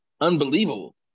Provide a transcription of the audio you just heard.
unbelievable